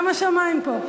גם השמים פה.